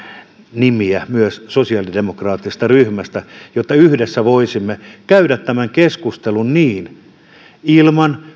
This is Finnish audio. nimiä myös sosiaalidemokraattisesta ryhmästä jotta yhdessä voisimme käydä tämän keskustelun ilman